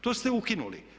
To ste ukinuli.